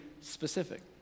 specific